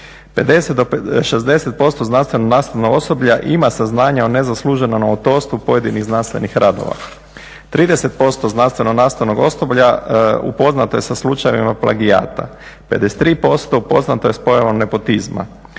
do 60% znanstveno-nastavnog osoblja ima saznanja o nezasluženom autorstvu pojedinih znanstvenih radova. 30 znanstveno-nastavnog osoblja upoznato je sa slučajevima plagijata, 53% upoznato je s pojavom nepotizma,